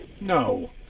No